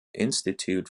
institute